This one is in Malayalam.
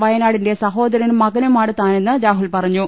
വയനാടിന്റെ സഹോദരനും മകനുമാണ് താനെന്ന് രാഹുൽ പറഞ്ഞു